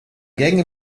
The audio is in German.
gänge